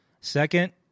Second